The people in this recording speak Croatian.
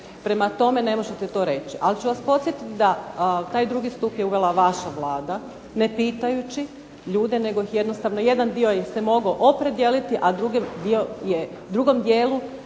Prema tome ne možete to reći. Ali ću vas podsjetiti da je uvela taj drugi stup vaša vlada ne pitajući nego jednostavno ih se jedan dio mogao opredijeliti, a drugom dijelu osiguranika